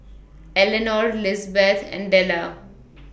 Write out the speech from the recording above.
Elenor Lizbeth and Della